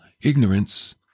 ignorance